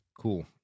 Cool